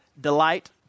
delight